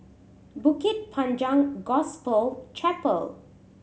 Bukit Panjang Gospel Chapel